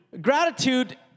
Gratitude